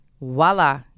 Voila